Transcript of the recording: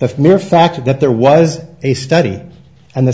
of mere fact that there was a study and the